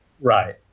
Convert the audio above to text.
Right